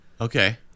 Okay